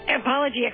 apology